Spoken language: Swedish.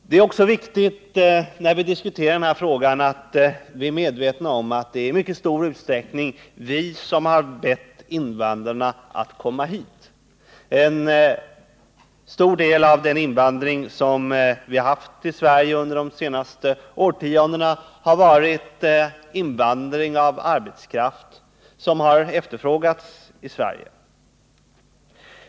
När vi diskuterar invandrarpolitiken är det också viktigt att vi är medvetna om att det i mycket stor utsträckning är vi som har bett invandrarna att komma hit. En stor del av den invandring som vi haft i Sverige under de senaste årtiondena har utgjorts av arbetskraft som har efterfrågats av oss.